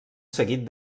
seguit